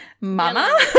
mama